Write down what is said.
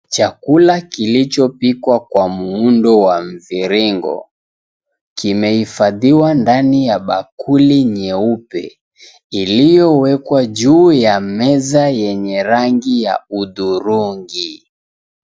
Chakula kilichopikwa kwa muundo wa mviringo kimehifadhiwa ndani ya bakuli nyeupe iliyowekwa juu ya meza yenye rangi ya hudhurungi.